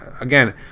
Again